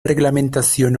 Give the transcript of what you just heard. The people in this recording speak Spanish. reglamentación